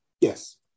yes